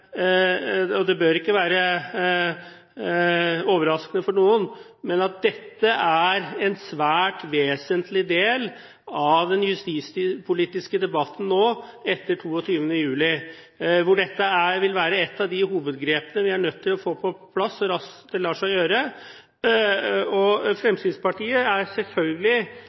det bør ikke være overraskende for noen. Dette er en svært vesentlig del av den justispolitiske debatten etter 22. juli, hvor dette vil være et av hovedgrepene vi er nødt til å få på plass så raskt det lar seg gjøre. Fremskrittspartiet er selvfølgelig